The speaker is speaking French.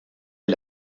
est